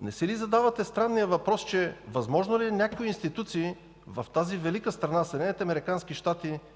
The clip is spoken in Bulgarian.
не си ли задавате странния въпрос, че е възможно някои институции в тази велика страна –